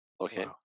Okay